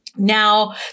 Now